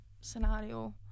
scenario